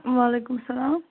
وعلیکُم السَلام